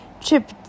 Chip